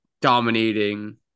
dominating